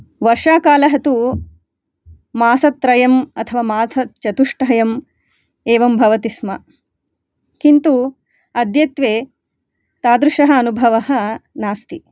वर्षाकालः तु मासत्रयम् अथवा मासचतुष्टयम् एवं भवति स्म किन्तु अद्यत्वे तादृशः अनुभवः नास्ति